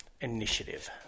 initiative